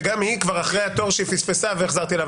וגם היא כבר אחרי התור שהיא פספסה והחזרתי לה.